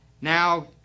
Now